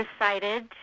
decided